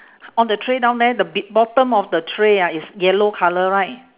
on the tray down there the be~ bottom of the tray ah is yellow colour right